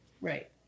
Right